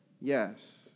yes